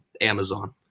Amazon